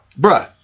bruh